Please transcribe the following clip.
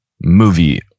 movie